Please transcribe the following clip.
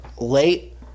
late